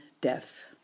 death